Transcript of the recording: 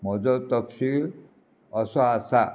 म्हजो तपशील असो आसा